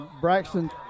Braxton